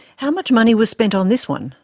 how much money was spent on this one?